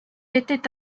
était